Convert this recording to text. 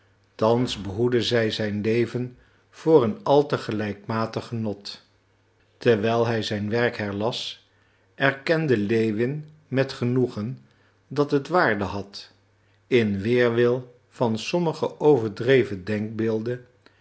thans behoedde zij zijn leven voor een al te gelijkmatig genot terwijl hij zijn werk herlas erkende lewin met genoegen dat het waarde had in weerwil van sommige overdreven denkbeelden